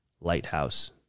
lighthouse